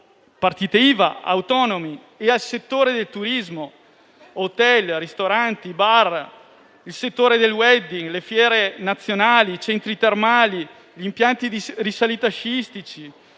partite IVA, autonomi e al settore del turismo (hotel, ristoranti, bar), al settore del *wedding*, alle fiere nazionali, ai centri termali, agli impianti di risalita sciistici,